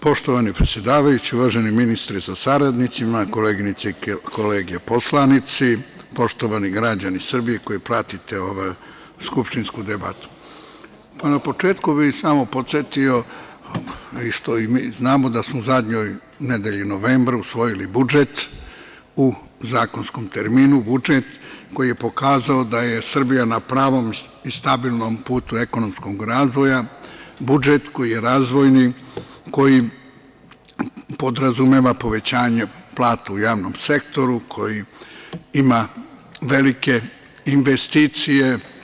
Poštovani predsedavajući, uveženi ministre sa saradnicima, koleginice i kolege poslanici, poštovani građani Srbije koji pratite ovu skupštinsku debatu, na početku bih samo podsetio, što i mi znamo, da smo u zadnjoj nedelji novembra usvojili budžet u zakonskom terminu, budžet koji je pokazao da je Srbija na pravom i stabilnom putu ekonomskog razvoja, budžet koji je razvojni, koji podrazumeva povećanje plata u javnom sektoru, koji ima velike investicije.